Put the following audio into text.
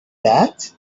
that